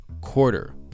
quarter